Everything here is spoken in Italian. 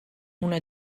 una